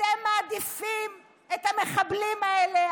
אתם מעדיפים את המחבלים האלה,